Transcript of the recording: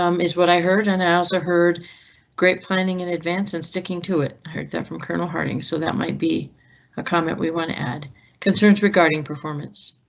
um is what i heard. and i also heard great planning in advance and sticking to it. i heard that from colonel harding. so that might be a comment. we want to add concerns regarding performance.